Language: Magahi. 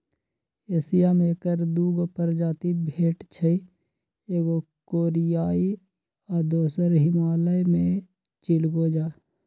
एशिया में ऐकर दू गो प्रजाति भेटछइ एगो कोरियाई आ दोसर हिमालय में चिलगोजा